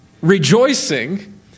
rejoicing